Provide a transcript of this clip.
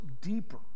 deeper